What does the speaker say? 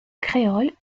créole